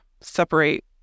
separate